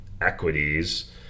equities